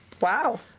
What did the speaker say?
Wow